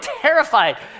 terrified